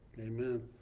Amen